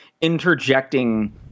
interjecting